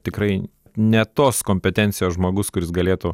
tikrai ne tos kompetencijos žmogus kuris galėtų